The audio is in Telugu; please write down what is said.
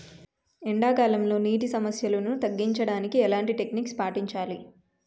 ఎండా కాలంలో, నీటి సమస్యలను తగ్గించడానికి ఎలాంటి టెక్నిక్ పాటించాలి?